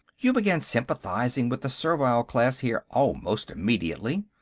you began sympathizing with the servile class here almost immediately.